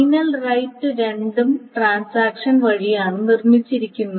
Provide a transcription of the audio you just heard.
final right രണ്ടും transaction വഴിയാണ് നിർമ്മിച്ചിരിക്കുന്നത്